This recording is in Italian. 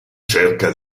cerca